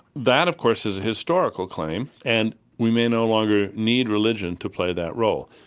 that, of course, is a historical claim and we may no longer need religion to play that role.